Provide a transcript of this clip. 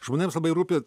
žmonėms labai rūpi